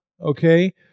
okay